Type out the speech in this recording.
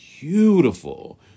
beautiful